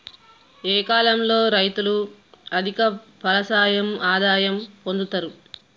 ఏ కాలం లో రైతులు అధిక ఫలసాయం ఆదాయం పొందుతరు?